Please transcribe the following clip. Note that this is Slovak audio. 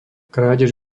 krádež